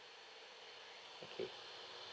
okay